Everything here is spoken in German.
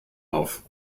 auf